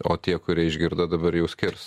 o tie kurie išgirdo dabar jau skirs